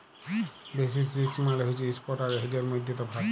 basis risk মালে হছে spot আর হেজের মইধ্যে তফাৎ